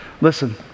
Listen